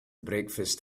breakfast